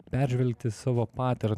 peržvelgti savo paternus